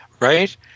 Right